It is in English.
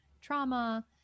trauma